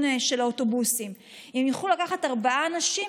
של האוטובוסים והם יוכלו לקחת ארבעה אנשים,